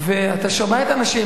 ואתה שומע את האנשים,